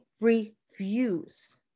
refuse